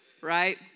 Right